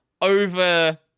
over